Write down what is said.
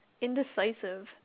Indecisive